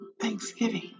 Thanksgiving